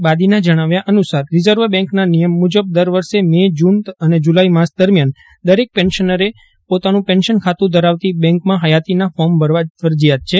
બાદીના જણાવ્યા અનુસાર રિઝર્વ બેંકના નિયમ મુજબ દર વર્ષે મે જૂન અને જુલાઈ માસ દરમ્યાન દરેક પેન્શનરે પોતાનું પેન્શન ખાતું ધરાવતી બેંકમાં હયાતીના ફોર્મ ભરવા ફરજિયાત છે